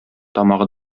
тамагы